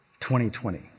2020